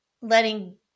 letting